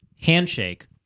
Handshake